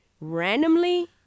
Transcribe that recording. randomly